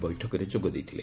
ବୈଠକରେ ଯୋଗ ଦେଇଥିଲେ